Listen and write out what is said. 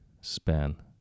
span